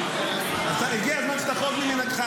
אני מודה --- הגיע הזמן שתחרוג ממנהגך.